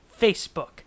Facebook